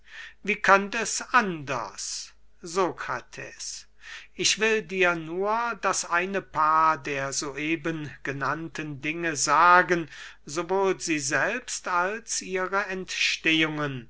wie könnt es anders sokrates ich will dir nur das eine paar der so eben genannten dinge sagen so wohl sie selbst als ihre entstehungen